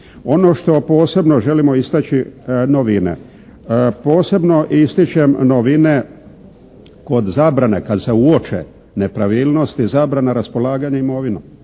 Ono što posebno želimo istaći, novine. Posebno ističem novine kod zabrane kad se uoče nepravilnosti, zabrana raspolaganja imovinom,